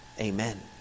Amen